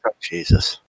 Jesus